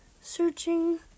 Searching